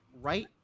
right